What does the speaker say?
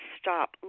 stop